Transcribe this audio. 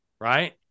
right